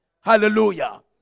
Hallelujah